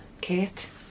Kate